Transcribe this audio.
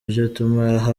vyotuma